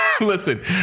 listen